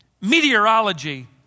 meteorology